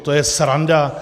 To je sranda.